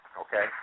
Okay